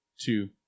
two